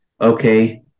Okay